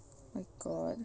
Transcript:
my god